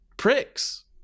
pricks